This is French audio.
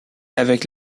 avec